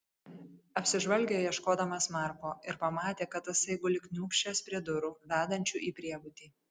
apsižvalgė ieškodamas marko ir pamatė kad tasai guli kniūbsčias prie durų vedančių į priebutį